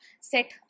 set